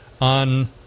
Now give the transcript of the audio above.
on